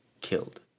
killed